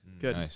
Good